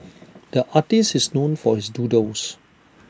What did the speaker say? the artist is known for his doodles